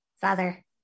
Father